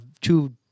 two